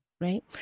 Right